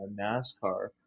nascar